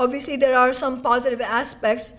obviously there are some positive aspects